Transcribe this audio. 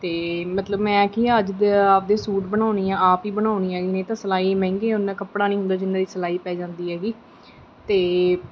ਅਤੇ ਮਤਲਬ ਮੈਂ ਕੀ ਹਾਂ ਅੱਜ ਦਾ ਆਪਣੇ ਸੂਟ ਬਣਾਉਂਦੀ ਹਾਂ ਆਪ ਹੀ ਬਣਾਉਂਦੀ ਹੈਗੀ ਨਹੀਂ ਤਾਂ ਸਿਲਾਈ ਮਹਿੰਗੀ ਉੰਨਾ ਕੱਪੜਾ ਨਹੀਂ ਹੁੰਦਾ ਜਿੰਨੇ ਦੀ ਸਿਲਾਈ ਪੈ ਜਾਂਦੀ ਹੈਗੀ ਅਤੇ